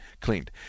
cleaned